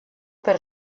per